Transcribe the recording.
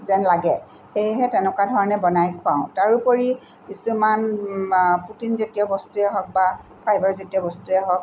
যেন লাগে সেয়েহে তেনেকুৱা ধৰণে বনাই খোৱাওঁ তাৰোপৰি কিছুমান প্ৰ'টিন জাতীয় বস্তুৱেই হওক বা ফাইবাৰ জাতীয় বস্তুৱেই হওক